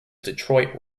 detroit